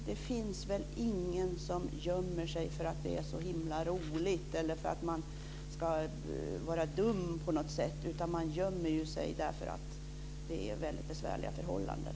Det finns väl ingen som gömmer sig för att det är så himla roligt eller för att man ska vara dum på något sätt, utan man gömmer sig ju därför att det är väldigt besvärliga förhållanden.